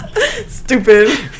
Stupid